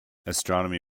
astronomy